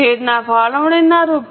શેરના ફાળવણીના રૂ